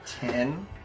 ten